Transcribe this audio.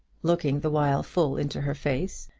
looking the while full into her face,